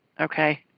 okay